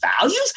values